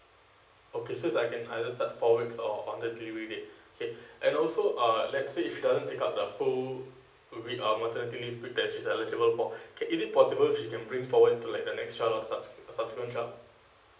okay seems like I can either start four weeks or on that delivery date okay and also uh let's say if she doesn't take up the four weeks of maternity leave that she's eligible for can is it possible she can bring forward to like the next child or sub~ subsequent child